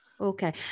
Okay